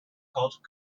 called